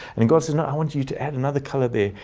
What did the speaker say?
and god does not want you to add another color there.